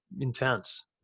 intense